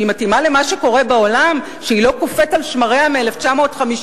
שמתאימה למה שקורה בעולם ולא קופאת על שמריה מ-1952.